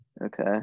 Okay